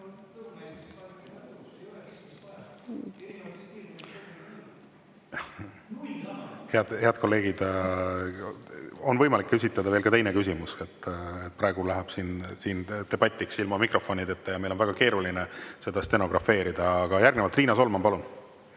Head kolleegid! On võimalik esitada ka teine küsimus. Praegu läheb siin debatiks ilma mikrofonideta ja meil on väga keeruline seda stenografeerida. Järgnevalt Riina Solman, palun!